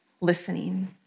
listening